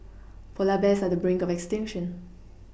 polar bears are on the brink of extinction